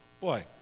Boy